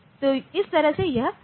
तो इस तरह से यह जाएगा